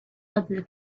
other